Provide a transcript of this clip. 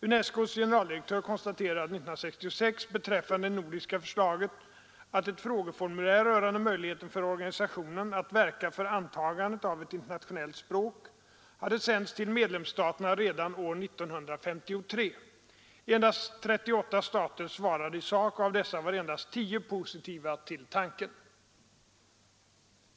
UNESCO:s generaldirektör konstaterade 1966 beträffande det nordiska förslaget att ett frågeformulär rörande möjligheten för organisationen att verka för antagandet av ett internationellt språk hade sänts till medlemsstaterna redan år 1953. Endast 38 stater svarade i sak, och av dessa var endast 10 positiva till tanken.